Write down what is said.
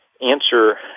answer